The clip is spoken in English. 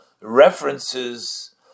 references